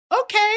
okay